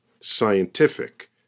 scientific